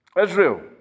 Israel